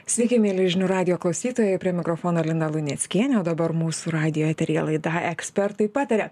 sveiki mieli žinių radijo klausytojai prie mikrofono lina luneckienė o dabar mūsų radijo eteryje laida ekspertai pataria